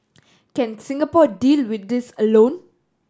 can Singapore deal with this alone